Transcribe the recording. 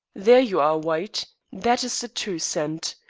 there you are, white that is the true scent.